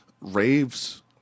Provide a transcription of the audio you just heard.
raves